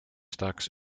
stacks